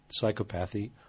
psychopathy